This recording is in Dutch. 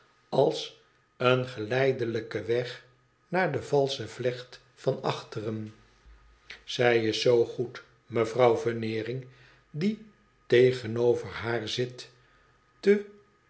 als een geleidelijke weg naar de valsche vlecht van achteren zij is zoo goed mevrouw veneering die tegenover haar zit te